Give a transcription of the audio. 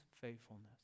faithfulness